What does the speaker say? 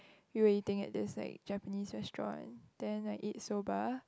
we were eating at this like Japanese restaurant then I eat soba